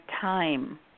time